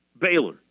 Baylor